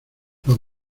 los